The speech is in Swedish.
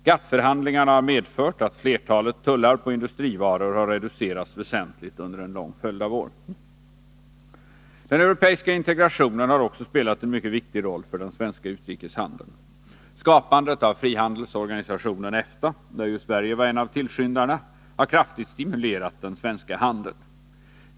GATT-förhandlingarna har medfört att flertalet tullar på industrivaror har reducerats väsentligt under en lång följd av år. Den europeiska integrationen har också spelat en mycket viktig roll för den svenska utrikeshandeln. Skapandet av frihandelsorganisationen EFTA — där ju Sverige var en av tillskyndarna — har kraftigt stimulerat den svenska handeln.